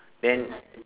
then